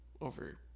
over